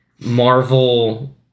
marvel